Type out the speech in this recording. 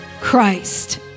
Christ